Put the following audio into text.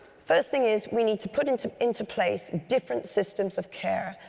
first thing is we need to put into into place different systems of care,